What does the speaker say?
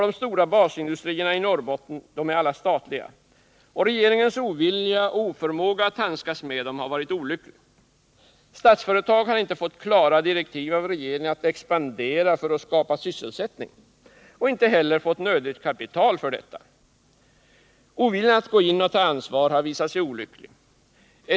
De stora basindustrierna i Norrbotten är statliga, och regeringens ovilja och oförmåga att handskas med dem har varit olyckliga. Statsföretag har inte fått klara direktiv av regeringen att expandera för att skapa sysselsättning och inte heller fått nödigt kapital för detta. Oviljan att gå in och ta ansvar har visat sig olycklig.